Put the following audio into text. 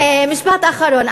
משפט אחרון.